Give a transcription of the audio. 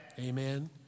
Amen